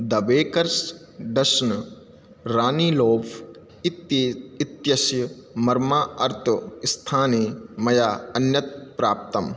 the baker's dozen रानी loaf इति इत्यस्य मम अर्त् स्थाने मया अन्यत् प्राप्तम्